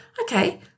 okay